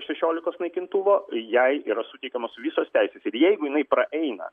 šešiolikos naikintuvo jai yra suteikiamos visos teisės ir jeigu jinai praeina